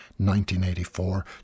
1984